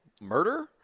murder